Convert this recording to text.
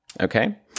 Okay